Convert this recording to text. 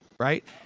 right